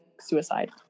suicide